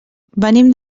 venim